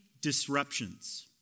disruptions